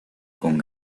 con